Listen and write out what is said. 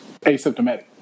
Asymptomatic